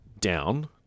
down